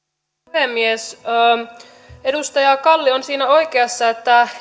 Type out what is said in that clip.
puhemies edustaja kalli on siinä oikeassa että